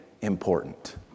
important